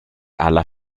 alla